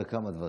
בכמה דברים,